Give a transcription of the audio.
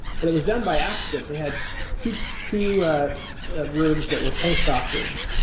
but it was done by accident. they had two two rooms that were post-op rooms.